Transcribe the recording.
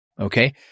okay